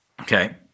Okay